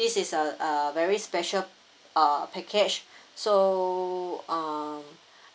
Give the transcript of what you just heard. this is uh a very special uh package so uh